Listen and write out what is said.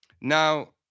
Now